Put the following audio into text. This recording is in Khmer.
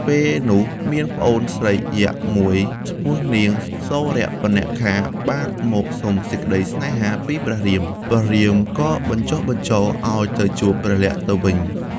ពេលនោះមានប្អូនស្រីយក្សមួយឈ្មោះនាង សូរបនខា បានមកសុំសេចក្តីស្នេហាពីព្រះរាម ព្រះរាមក៏បញ្ចុះបញ្ចូលឱ្យទៅជួបព្រះលក្សណ៍ទៅវិញ។